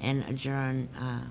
and john a